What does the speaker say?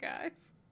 guys